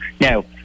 Now